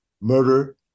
murder